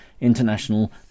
international